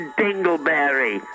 dingleberry